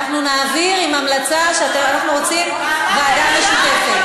אנחנו נעביר עם המלצה שאנחנו רוצים ועדה משותפת.